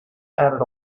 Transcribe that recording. added